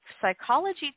Psychology